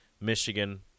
Michigan